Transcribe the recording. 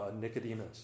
Nicodemus